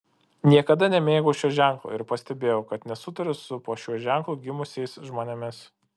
niekada nemėgau šio ženklo ir pastebėjau kad nesutariu su po šiuo ženklu gimusiais žmonėmis